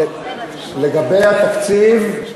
אני בטוח, לגבי התקציב,